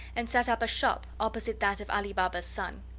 and set up a shop opposite that of ali baba's son.